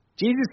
Jesus